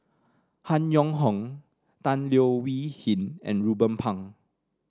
Han Yong Hong Tan Leo Wee Hin and Ruben Pang